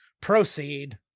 Proceed